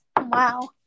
Wow